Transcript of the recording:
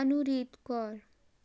Anureet Kaur